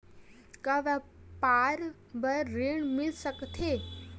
का व्यापार बर ऋण मिल सकथे?